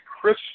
Chris